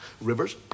Rivers